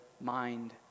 mind